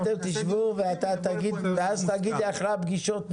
אתם תשבו ואז תגיד אחרי הפגישות,